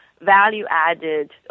value-added